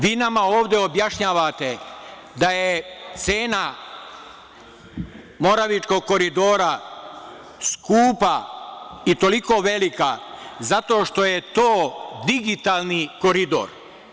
Vi nama ovde objašnjavate da je cena Moravičkog koridora skupa i toliko velika zato što je to digitalni koridor.